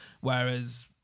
whereas